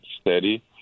steady